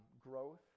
growth